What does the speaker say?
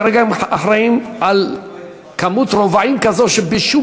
כרגע הם אחראים לכמות רבעים כזו שבשום